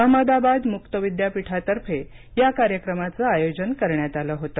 अहमदाबाद मुक्त विद्यापीठातर्फे या कार्यक्रमाचे आयोजन करण्यात आलं होतं